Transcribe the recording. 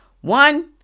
One